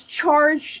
charged